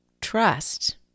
trust